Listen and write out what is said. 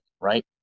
right